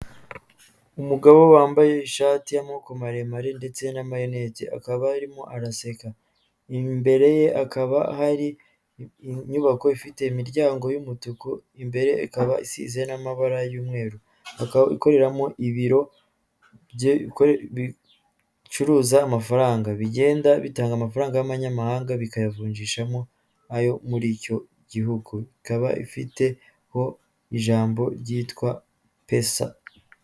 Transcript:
Umugabo wambaye ishati y'amaboko maremare ndetse n'amarinete, akaba arimo araseka. Imbere ye hakaba hari inyubako ifite imiryango y'umutuku, imbere ikaba isize n'amabara y'umweru, ikaba ikoreramo ibiro bicuruza amafaranga bigenda bitanga amafaranga y'amanyamahanga bikayavunjishamo ayo muri icyo gihugu ikaba ifite ho ijambo ryitwa pesa.